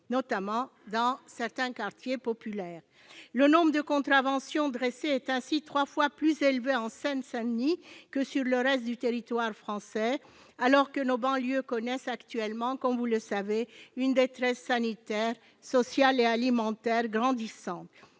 notamment dans certains quartiers populaires. Le nombre de contraventions dressées est ainsi trois fois plus élevé en Seine-Saint-Denis que sur le reste du territoire français, alors que nos banlieues connaissent actuellement, comme vous le savez, une détresse sanitaire, sociale et alimentaire grandissante.